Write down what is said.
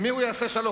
עם מי הוא יעשה שלום?